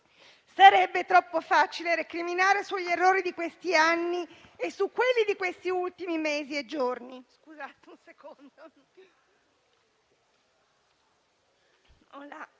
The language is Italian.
Sarebbe troppo facile recriminare sugli errori di questi anni e su quelli di questi ultimi mesi e giorni.